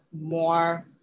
more